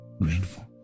Grateful